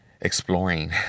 exploring